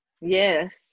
Yes